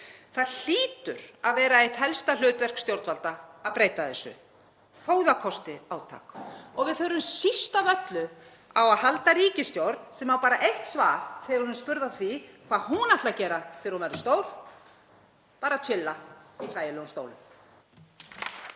Það hlýtur að vera eitt helsta hlutverk stjórnvalda að breyta þessu þó að það kosti átak og við þurfum síst af öllu á að halda ríkisstjórn sem á bara eitt svar þegar hún er spurð hvað hún ætli að gera þegar hún verður stór: Bara „chilla“ í þægilegum stólum.